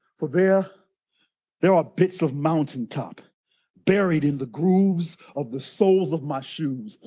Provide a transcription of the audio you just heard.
for there there are bits of mountain top buried in the grooves of the soles of my shoes.